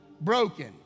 broken